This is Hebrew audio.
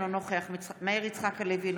אינו נוכח מאיר יצחק הלוי,